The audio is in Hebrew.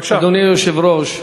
אדוני היושב-ראש,